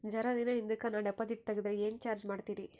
ಜರ ದಿನ ಹಿಂದಕ ನಾ ಡಿಪಾಜಿಟ್ ತಗದ್ರ ಏನ ಚಾರ್ಜ ಮಾಡ್ತೀರಿ?